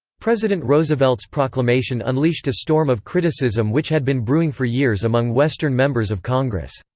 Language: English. president roosevelt's proclamation unleashed a storm of criticism which had been brewing for years among western members of congress.